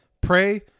Pray